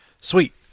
Sweet